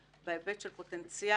מנדלבליט,